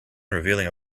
revealing